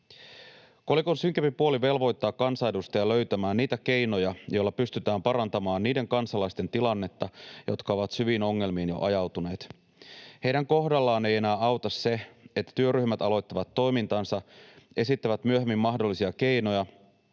Kolikon synkempi puoli velvoittaa kansanedustajia löytämään niitä keinoja, joilla pystytään parantamaan niiden kansalaisten tilannetta, jotka ovat jo syviin ongelmiin ajautuneet. Heidän kohdallaan ei enää auta se, että työryhmät aloittavat toimintansa, esittävät myöhemmin mahdollisia keinoja,